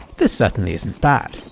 this certainly isn't bad.